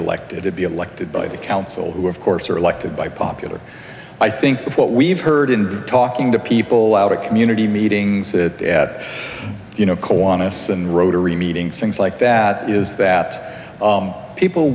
elected to be elected by the council who of course are elected by popular i think what we've heard in talking to people out of community meetings that at you know co on us and rotary meetings things like that is that people